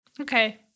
Okay